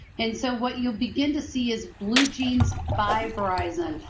and so what you'll begin to see is bluejeans by verizon.